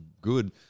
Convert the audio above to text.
good